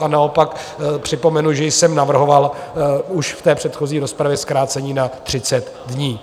A naopak připomenu, že jsem navrhoval už v té předchozí rozpravě zkrácení na 30 dní.